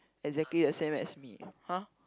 exactly the same as me har